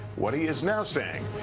what he is now saying.